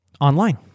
online